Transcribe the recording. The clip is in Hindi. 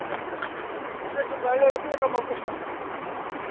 हँ भैया ठीक है ठीक है जब त हम आपको फोन करते हैं ठीक